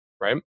right